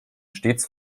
stets